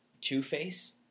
Two-Face